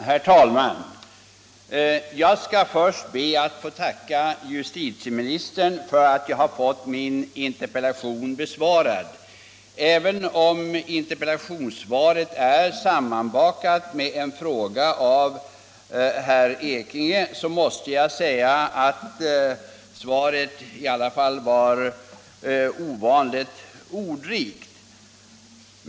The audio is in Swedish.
Herr talman! Jag skall först be att få tacka justitieministern för att jag har fått min interpellation besvarad. Även om interpellationssvaret är sammanbakat med svaret på en fråga av herr Ekinge är det i alla fall ovanligt ordrikt.